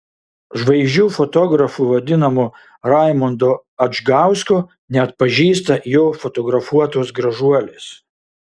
žvaigždžių fotografu vadinamo raimundo adžgausko neatpažįsta jo fotografuotos gražuolės